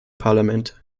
parlament